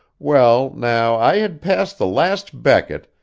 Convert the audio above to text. well now, i had passed the last becket,